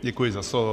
Děkuji za slovo.